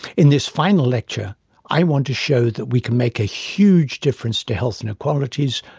in this final lecture i want to show that we can make a huge difference to health inequalities,